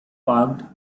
parked